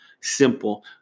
simple